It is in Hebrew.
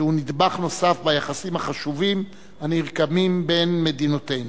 שהוא נדבך נוסף ביחסים החשובים הנרקמים בין מדינותינו.